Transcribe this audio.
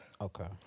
Okay